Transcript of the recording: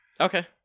Okay